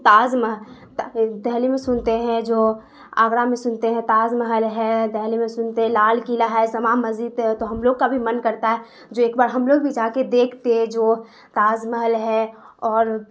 تاج محل دہلی میں سنتے ہیں جو آگرہ میں سنتے ہیں تاج محل ہے دہلی میں سنتے لال قلعہ ہے جامع مسجد ہے تو ہم لوگ کا بھی من کرتا ہے جو ایک بار ہم لوگ بھی جا کے دیکھتے جو تاج محل ہے اور